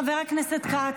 חבר הכנסת כץ,